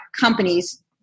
companies